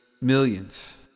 millions